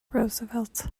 roosevelt